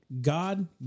God